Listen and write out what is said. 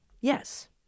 Yes